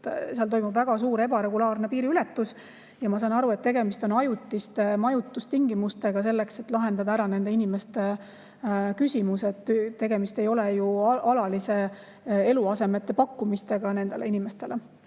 seal toimub väga suur ebaregulaarne piiriületus. Ma saan aru, et tegemist on ajutiste majutustingimustega, selleks et lahendada ära nende inimeste küsimus. Tegemist ei ole ju alaliste eluasemete pakkumisega nendele inimestele.